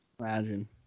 Imagine